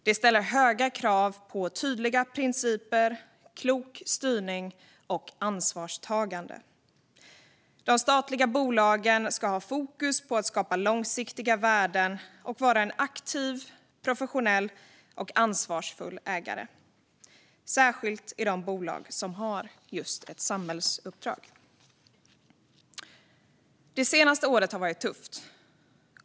Det ställer höga krav på tydliga principer, klok styrning och ansvarstagande. De statliga bolagen ska ha fokus på att skapa långsiktiga värden, och staten ska vara en aktiv, professionell och ansvarsfull ägare, särskilt i de bolag som har just ett samhällsuppdrag. Det senaste året har varit tufft.